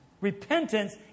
repentance